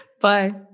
Bye